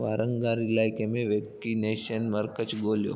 वारंगल इलाइके में वैक्सनेशन मर्कज़ ॻोल्हियो